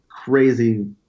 crazy